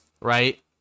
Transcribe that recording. right